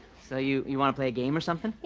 so you you want to play a game or something.